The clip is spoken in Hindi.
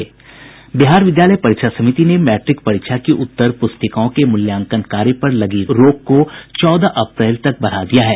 बिहार विद्यालय परीक्षा समिति ने मैट्रिक परीक्षा की उत्तर पुस्तिकाओं के मूल्यांकन कार्य पर लगी रोक को चौदह अप्रैल तक बढ़ा दिया है